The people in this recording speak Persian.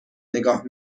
نگاه